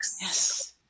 Yes